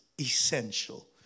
essential